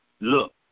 Look